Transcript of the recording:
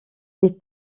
les